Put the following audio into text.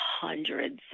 hundreds